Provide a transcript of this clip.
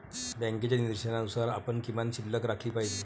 बँकेच्या निर्देशानुसार आपण किमान शिल्लक राखली पाहिजे